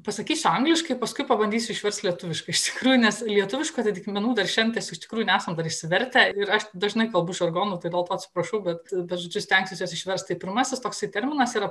pasakysiu angliškai paskui pabandysiu išverst lietuviškai iš tikrųjų nes lietuviškų atitikmenų dar šiandien iš tikrųjų nesam dar išsivertę ir aš dažnai kalbu žargonu tai dėl to atsiprašau bet žodžiu stengsiuos juos išverst tai pirmasis toksai terminas yra